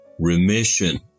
remission